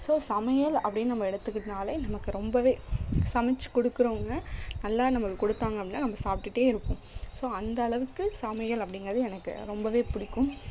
so சமையல் அப்படின்னு நம்ம எடுத்துக்கிட்டாலே நமக்கு ரொம்பவே சமைச்சு கொடுக்குறவங்க நல்லா நமக்கு கொடுத்தாங்க அப்படின்னா நம்ம சாப்ட்டுகிட்டே இருப்போம் ஸோ அந்த அளவுக்கு சமையல் அப்படிங்கறது எனக்கு ரொம்பவே புடிக்கும்